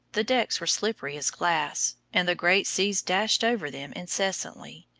the decks were slippery as glass, and the great seas dashed over them incessantly.